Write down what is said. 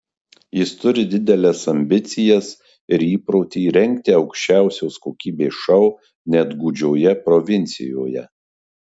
jis turi dideles ambicijas ir įprotį rengti aukščiausios kokybės šou net gūdžioje provincijoje